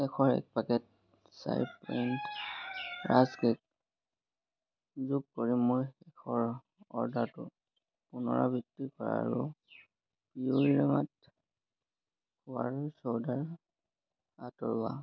এশ এক পেকেট চাই পইণ্ট ৰাস্ক কেক যোগ কৰি মই সৰহ অৰ্ডাৰটোৰ পুনৰাবৃত্তি কৰা আৰু পিউৰামেট খোৱাৰ ছ'ডা আঁতৰোৱা